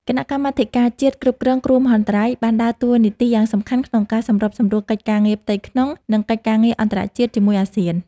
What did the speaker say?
គណៈកម្មាធិការជាតិគ្រប់គ្រងគ្រោះមហន្តរាយបានដើរតួនាទីយ៉ាងសំខាន់ក្នុងការសម្របសម្រួលកិច្ចការងារផ្ទៃក្នុង និងកិច្ចការងារអន្តរជាតិជាមួយអាស៊ាន។